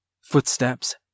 Footsteps